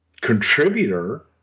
contributor